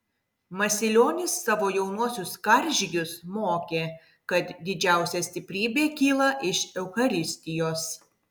masilionis savo jaunuosius karžygius mokė kad didžiausia stiprybė kyla iš eucharistijos